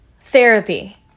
Therapy